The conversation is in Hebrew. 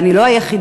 אבל אני לא היחידה,